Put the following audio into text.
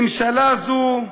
ממשלה זו,